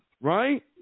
right